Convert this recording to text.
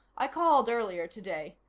i called earlier today.